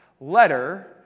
letter